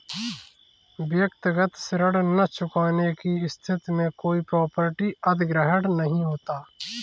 व्यक्तिगत ऋण न चुकाने की स्थिति में कोई प्रॉपर्टी अधिग्रहण नहीं होता